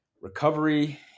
Recovery